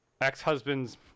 ex-husband's